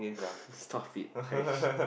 stop it Parish